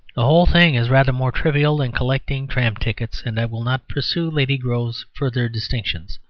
the whole thing is rather more trivial than collecting tram-tickets and i will not pursue lady grove's further distinctions.